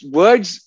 words